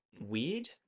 weird